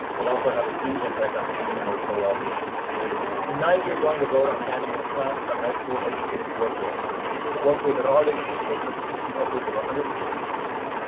but also have a huge impact on student emotional well-being. tonight, you're going to vote on adding a class to the high school educators workload but workload that already consists of teaching upwards of one hundred and fifty students,